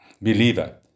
believer